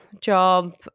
job